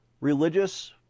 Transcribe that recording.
religious